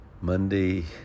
Monday